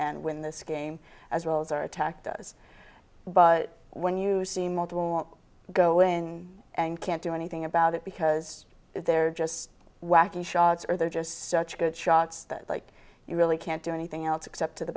and win this game as well as our attack does but when you see mother won't go in and can't do anything about it because they're just wacky shots or they're just such good shots that like you really can't do anything else except to the